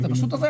אתה פשוט ---,